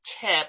tip